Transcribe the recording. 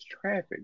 traffic